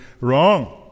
wrong